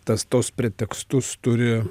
tas tuos pretekstus turi